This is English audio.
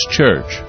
Church